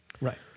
Right